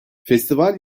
festival